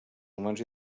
humans